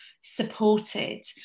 supported